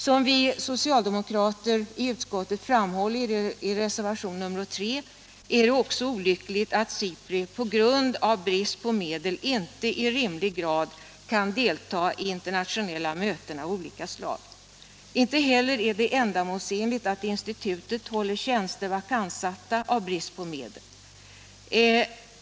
Som vi socialdemokrater i utskottet framhåller i reservation 3 är det också olyckligt att SIPRI på grund av brist på medel inte i rimlig grad kan delta i internationella möten av olika slag. Inte heller är det ändamålsenligt att institutet håller tjänster vakantsatta av brist på medel.